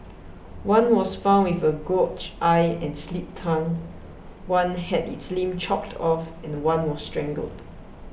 one was found with a gouged eye and slit tongue one had its limbs chopped off and one was strangled